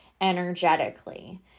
energetically